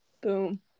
Boom